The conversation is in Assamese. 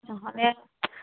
নহ'লে